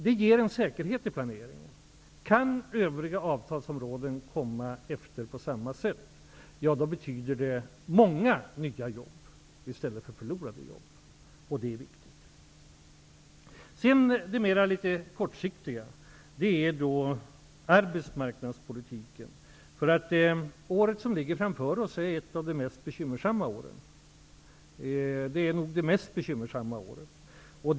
Det ger en säkerhet i planeringen. Kan andra avtalsområden komma efter på samma sätt kommer det att betyda många nya jobb i stället för förlorade jobb, och det är viktigt. Arbetsmarknadspolitiken är viktig på kort sikt. Året som ligger framför oss är nog det mest bekymmersamma året.